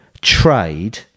trade